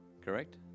Correct